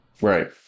Right